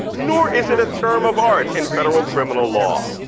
nor is it a term of art in federal criminal law.